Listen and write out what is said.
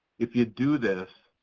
if you do this,